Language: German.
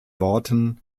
worten